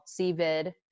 CVID